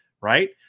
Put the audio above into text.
right